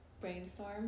brainstorm